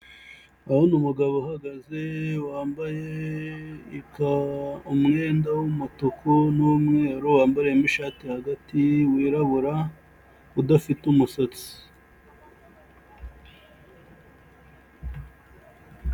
Ndabona umugabo uhagaze wambaye umwenda w'umutuku n'umweru yambaye ishati hagati wirabura udafite umusatsi.